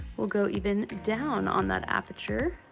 we'll go even down on that aperture